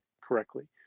correctly